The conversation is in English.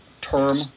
term